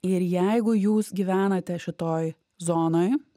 ir jeigu jūs gyvenate šitoj zonoj